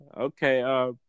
Okay